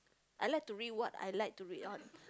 I like to read what I like to read on